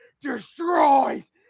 destroys